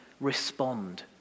respond